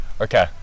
Okay